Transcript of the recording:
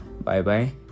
bye-bye